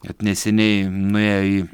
net neseniai nuėjo į